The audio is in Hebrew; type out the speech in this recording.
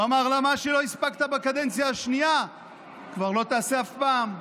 הוא אמר: מה שלא הספקת בקדנציה השנייה כבר לא תעשה אף פעם.